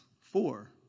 four